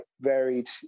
varied